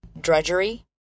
drudgery